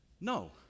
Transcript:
No